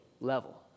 level